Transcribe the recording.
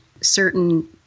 certain